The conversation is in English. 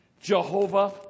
Jehovah